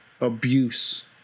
abuse